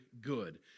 good